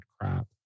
crap